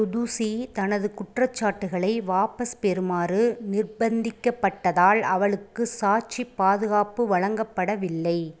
துதுஷி தனது குற்றச்சாட்டுகளை வாபஸ் பெறுமாறு நிர்ப்பந்திக்கப்பட்டதால் அவளுக்கு சாட்சிப் பாதுகாப்பு வழங்கப்படவில்லை